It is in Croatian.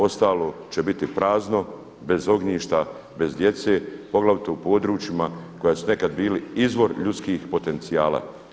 Ostalo će biti prazno bez ognjišta, bez djece poglavito u područjima koja su nekad bili izvor ljudskih potencijala.